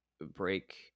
break